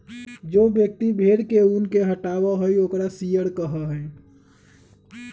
जो व्यक्ति भेड़ के ऊन के हटावा हई ओकरा शियरर कहा हई